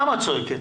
למה את צועקת?